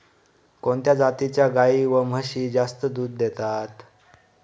कोणत्या जातीच्या गाई व म्हशी जास्त दूध देतात?